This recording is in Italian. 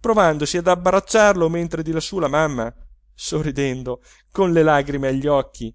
provandosi ad abbracciarlo mentre di lassù la mamma sorridendo e con le lagrime agli occhi